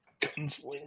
gunslinger